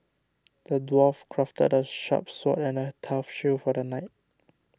the dwarf crafted a sharp sword and a tough shield for the knight